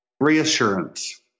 Reassurance